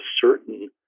certain